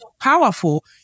powerful